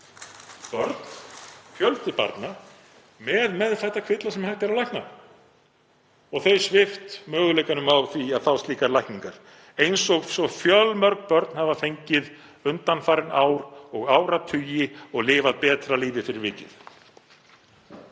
er fjöldi barna með meðfædda kvilla sem hægt er að lækna sviptur möguleikanum á því að fá slíkar lækningar eins og svo fjölmörg börn hafa fengið undanfarin ár og áratugi og lifað betra lífi fyrir vikið.